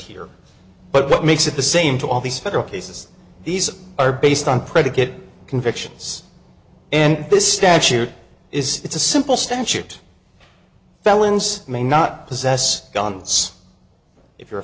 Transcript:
here but what makes it the same to all these federal cases these are based on predicate convictions and this statute is it's a simple stand shipped felons may not possess guns if you're a